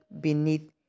beneath